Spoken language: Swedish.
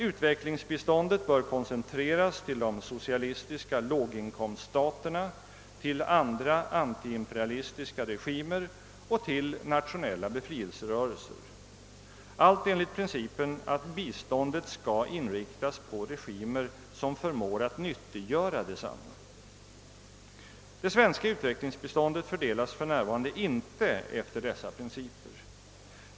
Utvecklingsbiståndet bör koncentreras till de socialistiska låginkomststaterna, till andra anti-imperialistiska regimer och till nationella befrielserörelser, allt enligt principen att biståndet skall inriktas på regimer som förmår nyttiggöra detsamma. Det svenska utvecklingsbiståndet fördelas för närvarande inte efter dessa principer.